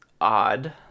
odd